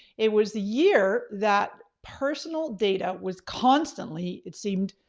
it was the year that personal data was constantly it seemed,